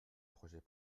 projet